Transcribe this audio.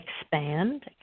expand